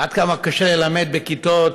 עד כמה קשה ללמד בכיתות